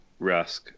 Rask